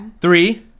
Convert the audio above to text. Three